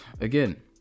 again